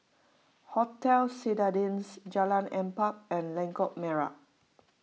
Hotel Citadines Jalan Empat and Lengkok Merak